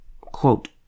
Quote